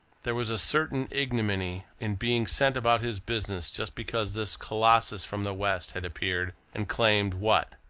there was a certain ignominy in being sent about his business, just because this colossus from the west had appeared and claimed what?